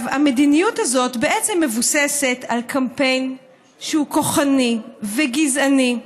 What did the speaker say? המדיניות הזאת מבוססת על קמפיין שהוא כוחני וגזעני,